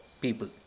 people